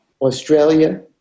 Australia